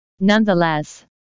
Nonetheless